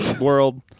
world